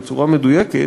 בצורה מדויקת,